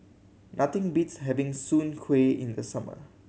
nothing beats having soon kway in the summer